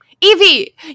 Evie